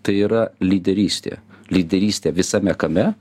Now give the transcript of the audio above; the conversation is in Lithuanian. tai yra lyderystė lyderystė visame kame